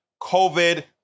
COVID